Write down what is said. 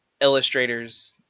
illustrators